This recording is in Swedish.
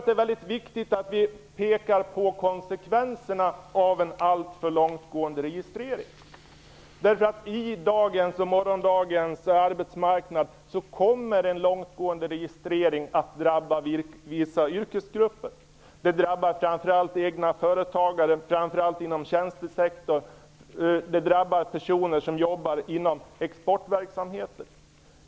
Det är viktigt att vi pekar på konsekvenserna av en alltför långtgående registrering därför att en långtgående registrering på dagens och morgondagens arbetsmarknad kommer att drabba vissa yrkesgrupper. Det drabbar framför allt egenföretagare inom tjänstesektorn, det drabbar personer som jobbar inom exportverksamheter.